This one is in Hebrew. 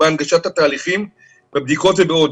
בהנגשת התהליכים בבדיקות ועוד.